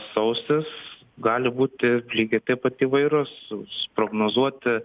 sausis gali būti lygiai taip pat įvairūs prognozuoti